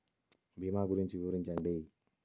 భీమా గురించి వివరించండి?